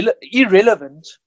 irrelevant